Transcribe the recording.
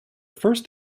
first